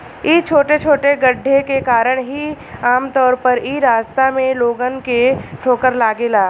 इ छोटे छोटे गड्ढे के कारण ही आमतौर पर इ रास्ता में लोगन के ठोकर लागेला